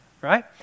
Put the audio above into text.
right